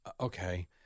okay